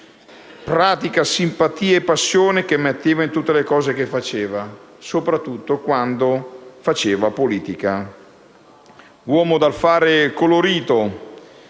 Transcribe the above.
pratica, simpatia e passione che metteva in tutte le cose che faceva, soprattutto quando faceva politica.